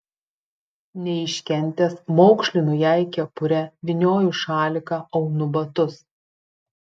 neiškentęs maukšlinu jai kepurę vynioju šaliką aunu batus